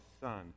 son